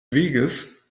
weges